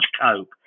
Coke